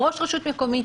ראש רשות מקומית,